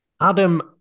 Adam